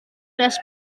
nes